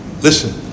Listen